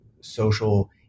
social